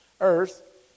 earth